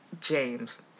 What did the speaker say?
James